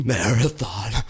Marathon